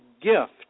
gift